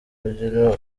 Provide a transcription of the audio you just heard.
kugira